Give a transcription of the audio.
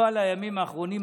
לא על הימים האחרונים,